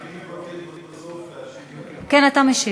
אני מבקש בסוף להשיב, כן, אתה משיב.